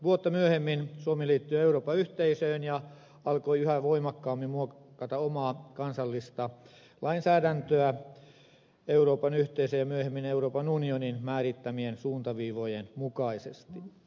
vuotta myöhemmin suomi liittyi euroopan yhteisöön ja alkoi yhä voimakkaammin muokata omaa kansallista lainsäädäntöään euroopan yhteisön ja myöhemmin euroopan unionin määrittämien suuntaviivojen mukaisesti